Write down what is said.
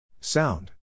Sound